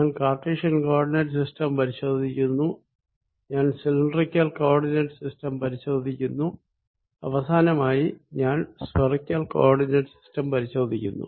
ഞാൻ Cartesian coordinate system പരിശോധിക്കുന്നു ഞാൻ സിലിണ്ടറിക്കൽ കോ ഓർഡിനേറ്റ് സിസ്റ്റം പരിശോധിക്കുന്നു അവസാനമായി ഞാൻ സ്ഫറിക്കൽ കോ ഓർഡിനേറ്റ് സിസ്റ്റം പരിശോധിക്കുന്നു